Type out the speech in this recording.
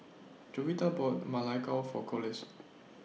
Jovita bought Ma Lai Gao For Collis